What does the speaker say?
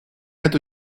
эту